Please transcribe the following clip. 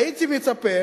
הייתי מצפה